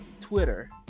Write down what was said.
Twitter